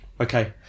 okay